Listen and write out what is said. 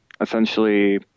Essentially